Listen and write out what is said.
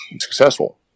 successful